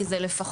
כי זה לפחות,